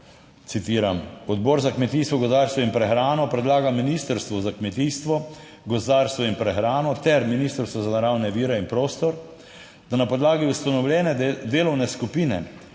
Citiram:" Odbor za kmetijstvo, gozdarstvo in prehrano predlaga Ministrstvu za kmetijstvo, gozdarstvo in prehrano ter Ministrstvu za naravne vire in prostor, da na podlagi ustanovljene delovne skupine